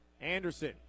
Anderson